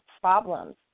problems